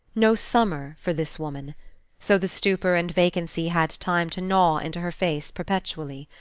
no summer for this woman so the stupor and vacancy had time to gnaw into her face perpetually.